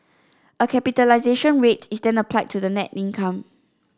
a capitalisation rate is then applied to that net income